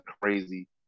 crazy